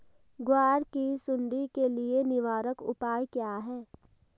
ग्वार की सुंडी के लिए निवारक उपाय क्या है?